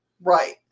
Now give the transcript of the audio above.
Right